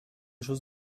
chose